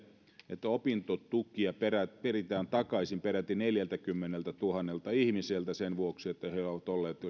että opintotukia peritään takaisin peräti neljältäkymmeneltätuhannelta ihmiseltä sen